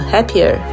Happier